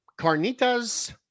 carnitas